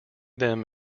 them